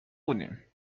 بودیم